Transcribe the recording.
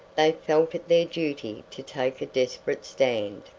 they felt it their duty to take a desperate stand.